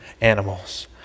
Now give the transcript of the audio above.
animals